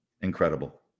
Incredible